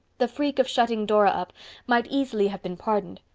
the freak of shutting dora up might easily have been pardoned.